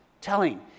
Telling